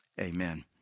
Amen